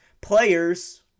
players